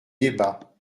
débats